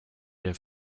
ihr